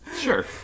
sure